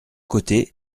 côté